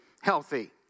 healthy